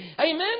amen